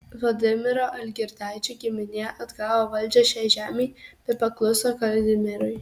vladimiro algirdaičio giminė atgavo valdžią šiai žemei bet pakluso kazimierui